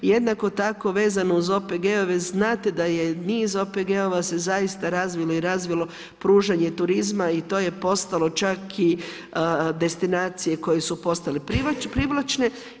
Jednako tako vezano uz OPG-ove znate da je niz OPG-ova se zaista razvilo i razvilo pružanje turizma i to je postalo čak i destinacije koje su postale privlačne.